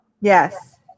Yes